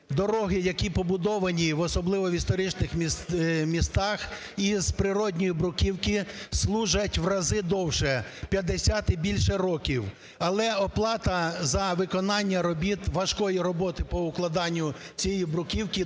дороги, які побудовані, особливо в історичних містах, із природньої бруківки служать в рази довше – в 50 і більше років, - але оплата за виконання робіт, важкої роботи по укладанню цієї бруківки